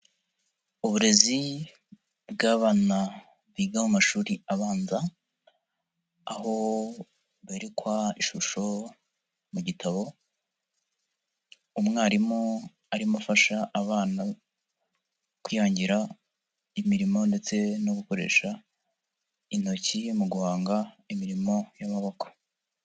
Uburezi bw'abana biga mu amashuri abanza, aho berekwa ishusho mu gitabo, umwarimu arimo afasha abana kwihangira imirimo ndetse no gukoresha intoki mu guhanga imirimo y'amaboko.